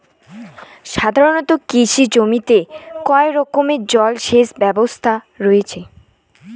সাধারণত কৃষি জমিতে কয় রকমের জল সেচ ব্যবস্থা রয়েছে?